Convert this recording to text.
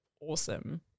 awesome